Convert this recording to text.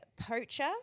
poacher